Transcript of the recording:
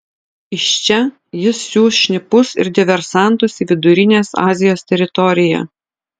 iš čia jis siųs šnipus ir diversantus į vidurinės azijos teritoriją